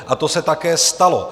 A to se také stalo.